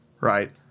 right